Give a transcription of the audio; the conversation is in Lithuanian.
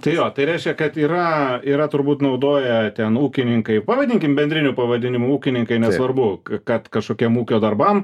tai jo tai reiškia kad yra yra turbūt naudoja ten ūkininkai pavadinkim bendriniu pavadinimu ūkininkai nesvarbu kad kažkokiem ūkio darbams